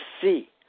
see